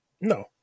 No